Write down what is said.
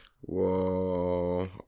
Whoa